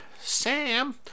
sam